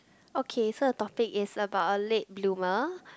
okay so the topic is about a late bloomer